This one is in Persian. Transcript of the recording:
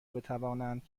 بتوانند